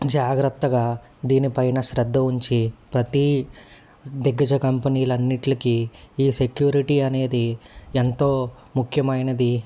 జాగ్రత్తగా దీనిపైన శ్రద్ధ ఉంచి ప్రతీ దిగ్గజ కంపెనీలన్నిట్లకి ఈ సెక్యూరిటీ అనేది ఎంతో ముఖ్యమైనది